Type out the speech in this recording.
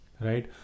right